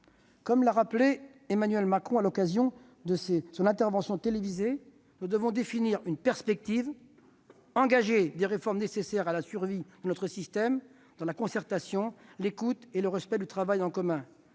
Comme l'a rappelé Emmanuel Macron à l'occasion de son intervention télévisée, nous devons définir une perspective, engager des réformes nécessaires à la survie de notre système dans la concertation, l'écoute et le respect du travail en commun.